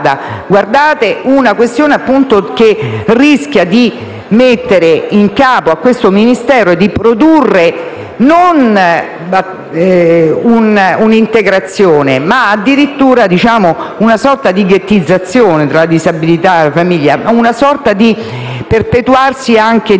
riguarda una questione che rischia di mettere in capo a questo Ministero e di produrre non un'integrazione, ma addirittura una sorta di ghettizzazione tra la disabilità e la famiglia, una sorta di perpetuarsi di